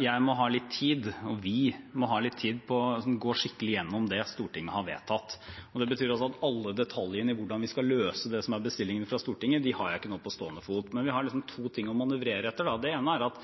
jeg må ha litt tid – og vi må ha litt tid – til å gå skikkelig igjennom det Stortinget har vedtatt. Det betyr at alle detaljene i hvordan vi skal løse det som er bestillingen fra Stortinget, dem har jeg ikke nå på stående fot. Men vi har to ting å manøvrere etter. Det ene er at